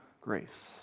grace